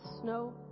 snow